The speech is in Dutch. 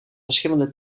verschillende